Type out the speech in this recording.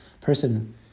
person